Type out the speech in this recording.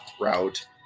route